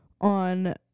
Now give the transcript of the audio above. on